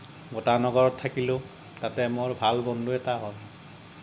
গোটানগৰত থাকিলোঁ তাতে মোৰ ভাল বন্ধু এটা হ'ল